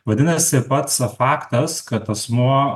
vadinasi pats faktas kad asmuo